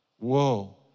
Whoa